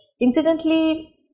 Incidentally